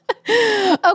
Okay